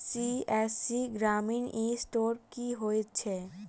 CSC ग्रामीण e store की होइ छै?